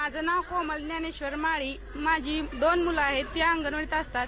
माझं नाव कोमल ज्ञानेधर माळी माझी दोन मूलं आहेत ती अंगणवाडीत असतात